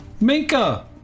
Minka